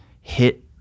hit